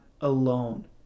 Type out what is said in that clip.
alone